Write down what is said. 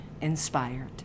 inspired